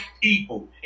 people